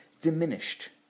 diminished